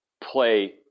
play